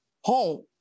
home